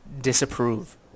disapprove